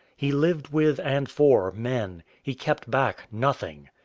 he lived with and for men. he kept back nothing.